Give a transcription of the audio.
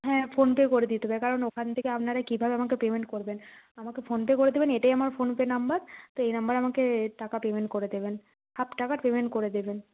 হ্যাঁ PhonePe করে দিতে পারেন কারণ ওখান থেকে আপনারা কীভাবে আমাকে পেমেন্ট করবেন আমাকে ফোন পে করে দেবেন এটাই আমার ফোন পে নাম্বার তো এই নম্বরে আমাকে টাকা পেমেন্ট করে দেবেন হাফ টাকার পেমেন্ট করে দেবেন